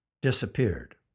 disappeared